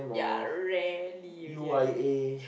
yeah rarely you hear that